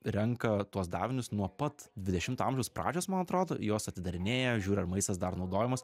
renka tuos davinius nuo pat dvidešimto amžiaus pradžios man atrodo juos atidarinėja žiūri ar maistas dar naudojamas